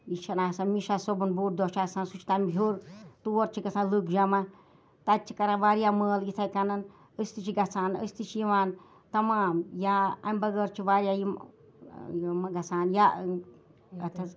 یہِ چھَنہٕ آسان مِشاہ صٲبُن بوٚڈ دۄہ چھُ آسان سُہ چھُ تمہِ ہیٚور تور چھِ گَژھان لُکھ جَمَع تَتہِ چھِ کَران واریاہ مٲلہٕ یِتھٕے کنَن أسۍ تہِ چھِ گَژھان أسۍ تہِ چھِ یِوان تَمام یا امہِ بَغٲر چھِ واریاہ یِم گَژھان یا